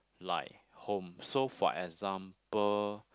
like home so for example